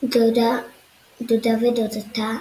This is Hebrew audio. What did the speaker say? דודה ודודתה,